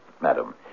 madam